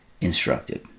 instructed